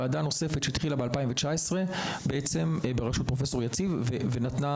ועדה נוספת שהתחילה ב-2019 בראשות פרופסור יציב יצקה